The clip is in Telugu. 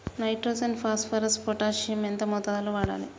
నైట్రోజన్ ఫాస్ఫరస్ పొటాషియం ఎంత మోతాదు లో వాడాలి?